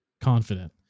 confident